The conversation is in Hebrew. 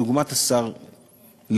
דוגמת השר לוין,